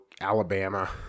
Alabama